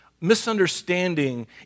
misunderstanding